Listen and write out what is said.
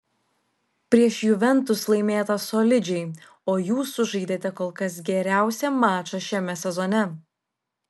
prieš juventus laimėta solidžiai o jūs sužaidėte kol kas geriausią mačą šiame sezone